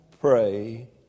pray